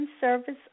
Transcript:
Service